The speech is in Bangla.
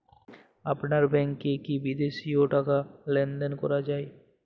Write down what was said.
আপনার ব্যাংকে কী বিদেশিও টাকা লেনদেন করা যায়?